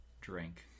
drink